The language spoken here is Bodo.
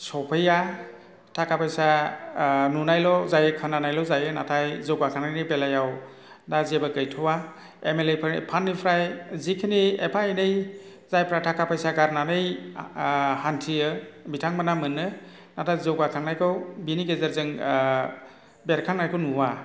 सफैया थाखा फैसा नुनायल' जायो खोनानायल' जायो नाथाय जौगाखांनायनि बेलायाव दा जेबो गैथ'आ एम एल ए फोरनि फान्डनिफ्राय जिखिनि एफा एनै जायफोरा थाखा फैसा गारनानै हानथियो बिथांमोनहा मोनो नाथाय जौगाखांनायखौ बेनि गेजेरजों बेरखांनायखौ नुवा